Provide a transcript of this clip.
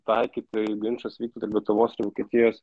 taikyt jeigu ginčas vyktų tarp lietuvos ir vokietijos